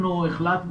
הלימודים.